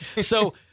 So-